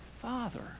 Father